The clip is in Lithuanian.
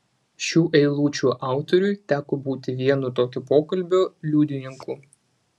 šių eilučių autoriui teko būti vieno tokio pokalbio liudininku